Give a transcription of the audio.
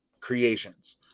creations